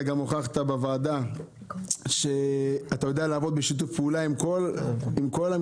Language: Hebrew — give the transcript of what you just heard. אדוני בוועדה שאתה יודע לעבוד בשיתוף פעולה עם כל המשרדים.